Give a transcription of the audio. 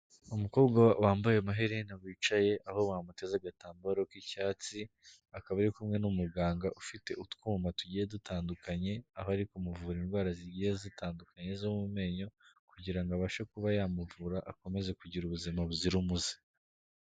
Umukobwa wambaye amaherena wicaye, aho bamuteze agatambaro k'icyatsi, akaba ari kumwe n'umuganga ufite utwuma tugiye dutandukanye, akaba ari kumuvura indwara zigiye zitandukanye zo mu menyo kugira abashe kuba yamuvura, akomeze kugira ubuzima buzira umuze.